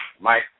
Mike